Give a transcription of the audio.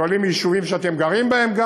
שואלים גם על יישובים שאתם גרים בהם?